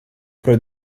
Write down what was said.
pro